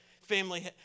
family